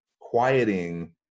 quieting